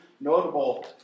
notable